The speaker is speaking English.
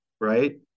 right